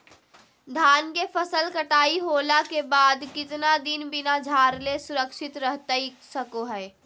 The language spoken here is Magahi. धान के फसल कटाई होला के बाद कितना दिन बिना झाड़ले सुरक्षित रहतई सको हय?